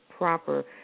proper